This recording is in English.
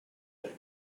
let